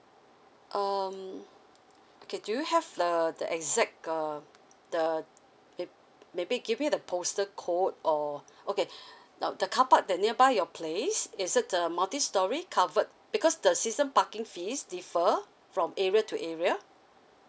um okay do you have uh the exact um the may~ maybe give me the postal code or okay now the carpark that nearby your place is it the multi storey covered because the system parking fees differ from area to area